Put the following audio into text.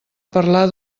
parlar